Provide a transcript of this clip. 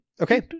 okay